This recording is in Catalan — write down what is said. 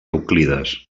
euclides